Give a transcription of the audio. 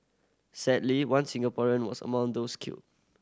sadly one Singaporean was among those killed